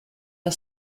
der